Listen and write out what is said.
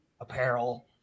apparel